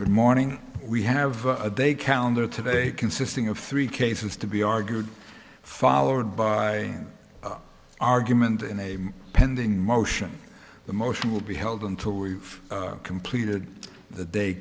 good morning we have a day calendar today consisting of three cases to be argued followed by an argument in a pending motion the motion will be held until we've completed the day